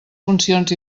funcions